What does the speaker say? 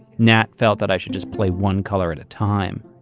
nat felt that i should just play one color at a time.